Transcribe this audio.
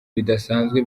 bidasanzwe